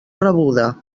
rebuda